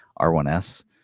R1S